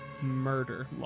murder